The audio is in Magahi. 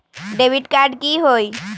डेबिट कार्ड की होई?